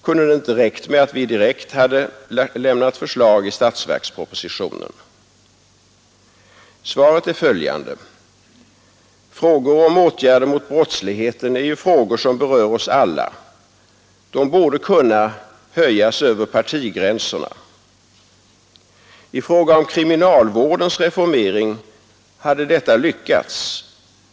Kunde det inte ha räckt med att vi direkt hade lämnat förslag i statsverkspropositionen? Svaret är följande. Frågor om åtgärder mot brottsligheten är ju frågor som berör oss alla. De borde kunna höjas över partigränserna. I fråga om kriminalvårdens reformering har detta lyckats.